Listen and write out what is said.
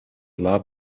love